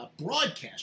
broadcast